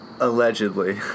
Allegedly